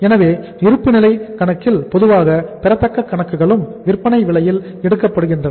எனவே இருப்புநிலை கணக்கில் பொதுவாக பெறத்தக்க கணக்குகளும் விற்பனை விலையில் எடுக்கப்படுகின்றன